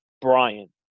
Brian